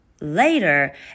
Later